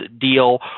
deal